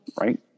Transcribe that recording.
right